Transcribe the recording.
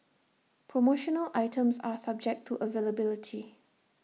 promotional items are subject to availability